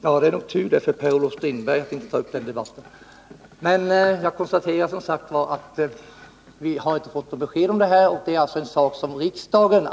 Fru talman! Det är nog tur för Per-Olof Strindberg att han inte tar upp den debatten. Jag konstaterar på nytt att vi inte har fått något besked om krediterna.